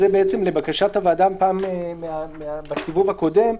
זה לבקשת הוועדה בסיבוב הקודם.